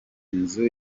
nzu